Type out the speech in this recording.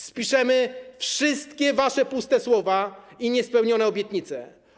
Spiszemy wszystkie wasze puste słowa i niespełnione obietnice.